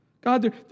God